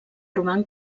roman